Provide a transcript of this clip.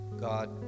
God